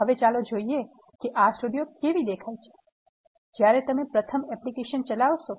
હવે ચાલો જોઈએ કે R સ્ટુડિયો કેવી દેખાય છે જ્યારે તમે પ્રથમ એપ્લિકેશન ચલાવશો